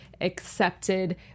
accepted